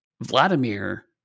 Vladimir